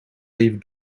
even